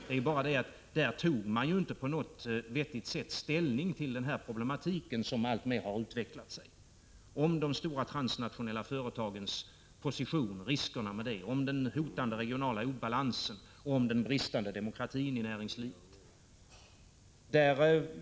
Det är bara det att man inte då tog ställning på något vettigt sätt till den problematik som alltmer har utvecklat sig: riskerna med de stora transnationella företagens position, den hotande regionala obalansen, den bristande demokratin i näringslivet.